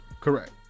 Correct